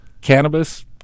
Cannabis